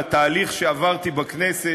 על התהליך שעברתי בכנסת,